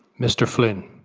mr flynn,